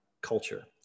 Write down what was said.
culture